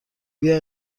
بیا